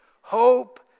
Hope